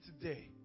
today